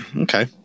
Okay